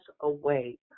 away